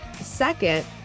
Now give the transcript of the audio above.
Second